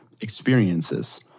experiences